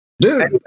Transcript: Dude